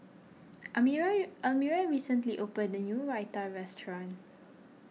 Almira Almira recently opened a new Raita restaurant